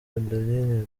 adeline